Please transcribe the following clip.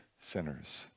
sinners